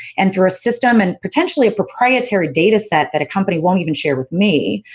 and through a system and potentially a proprietary data set that a company won't even share with me.